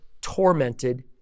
tormented